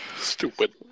Stupid